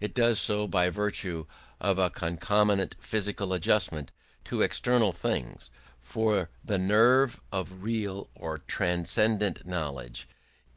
it does so by virtue of a concomitant physical adjustment to external things for the nerve of real or transcendent knowledge